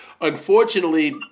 Unfortunately